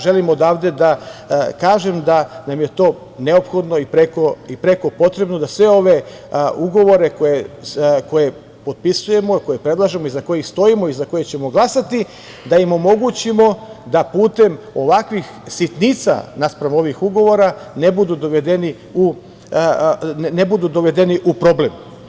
Želim odavde da kažem da nam je to neophodno i prekopotrebno, da sve ove ugovore koje potpisujemo, koje predlažemo, iza kojih stojimo i za koje ćemo glasati, da im omogućimo da putem ovakvih sitnica naspram ovih ugovora ne budu dovedeni u problem.